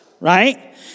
right